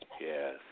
Yes